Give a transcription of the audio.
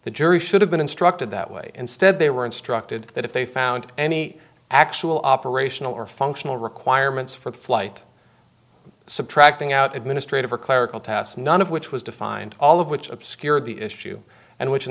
the jury should have been instructed that way instead they were instructed that if they found any actual operational or functional requirements for the flight subtracting out administrative or clerical tasks none of which was defined all of which obscure the issue and which in